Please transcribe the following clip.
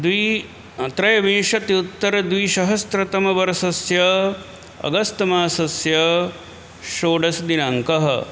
द्वि त्रयोविंशत्युत्तरद्विसहस्रतमवर्षस्य अगस्त् मासस्य षोडशदिनाङ्कः